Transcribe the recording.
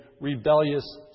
rebellious